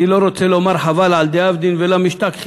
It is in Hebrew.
אני לא רוצה לומר: "חבל על דאבדין ולא משתכחין".